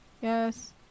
Yes